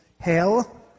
Hell